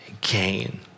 gain